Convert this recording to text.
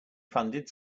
funded